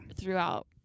throughout